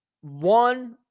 One